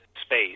space